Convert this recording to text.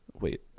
wait